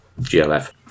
GLF